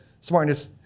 smartness